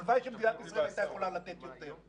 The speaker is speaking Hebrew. הלוואי שמדינת ישראל הייתה יכולה לתת יותר.